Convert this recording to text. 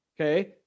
Okay